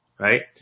Right